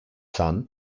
son